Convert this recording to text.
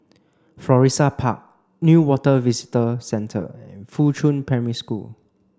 Florissa Park Newater Visitor Centre and Fuchun Primary School